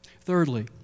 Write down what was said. Thirdly